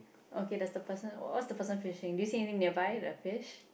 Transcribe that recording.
okay the third person what's the person fishing do you see any nearby the fish